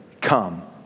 come